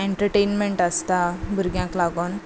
entertainment आसता भुरग्यांक लागून